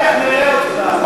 תוכיח, נראה אותך.